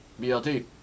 BLT